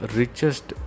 richest